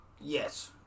Yes